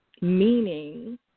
meaning